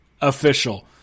official